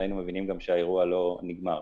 היינו מבינים שהאירוע לא נגמר.